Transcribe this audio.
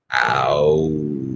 Ow